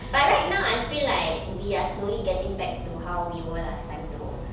but right now I feel like we are slowly getting back to how we were last time though